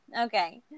Okay